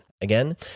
again